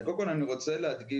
קודם כל אני רוצה להדגיש,